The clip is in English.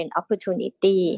opportunity